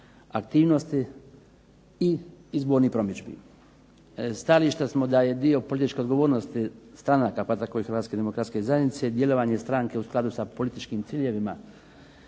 aktivnosti i izbornih promidžbi. Stajališta smo da je dio političke odgovornosti stranaka pa tako i Hrvatske demokratske zajednice djelovanje stranke u skladu s političkim ciljevima